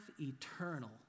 eternal